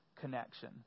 connection